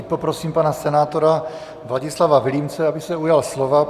Teď poprosím pana senátora Vladislava Vilímce, aby se ujal slova.